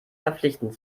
verpflichtend